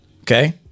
okay